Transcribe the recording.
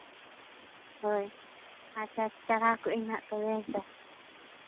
ᱦᱳᱭ ᱟᱪᱪᱷᱟ ᱪᱟᱲᱦᱟᱣ ᱠᱟᱜ ᱟᱹᱧ ᱦᱟᱸᱜ ᱛᱚᱵᱮ ᱦᱮᱸᱥᱮ